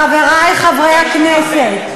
חברי חברי הכנסת,